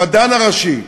המדען הראשי,